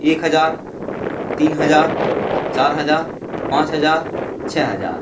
एक हज़ार तीन हज़ार चार हज़ार पाँच हज़ार छः हज़ार